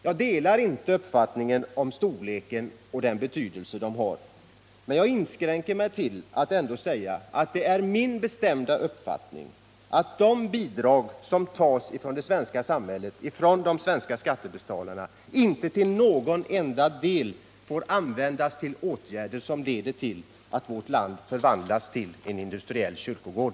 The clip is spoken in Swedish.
Jag delar inte uppfattningen om storleken av stödet och den betydelse det har. Men jag inskränker mig till att säga att det är min bestämda uppfattning att de bidrag som tas ifrån det svenska samhället och de svenska skattebetalarna inte till någon enda del får användas till åtgärder som leder till att vårt land förvandlas till en industriell kyrkogård.